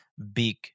big